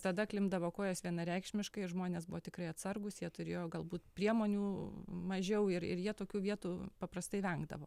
tada klimpdavo kojos vienareikšmiškai žmonės buvo tikrai atsargūs jie turėjo galbūt priemonių mažiau ir ir jie tokių vietų paprastai vengdavo